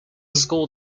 school